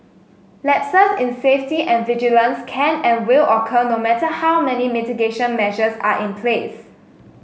lapses in safety and vigilance can and will occur no matter how many mitigation measures are in place